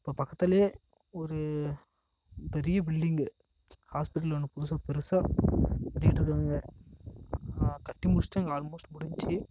இப்போ பாக்கத்துலேயே ஒரு பெரிய பில்டிங்கு ஹாஸ்பிட்டல் ஒன்று புதுசாக பெருசாக கட்டிக்கிட்டு இருக்காங்க கட்டி முடிச்சுட்டாங்க ஆல்மோஸ்ட் முடிஞ்சிச்சு